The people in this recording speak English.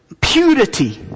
purity